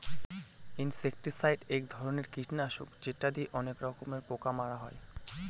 insecticide এক ধরনের কীটনাশক যেটা দিয়ে অনেক রকমের পোকা মারা হয়